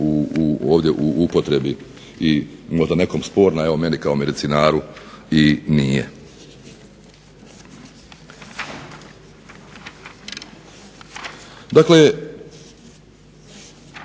u upotrebi i možda nekom sporna, evo meni kao medicinaru i nije.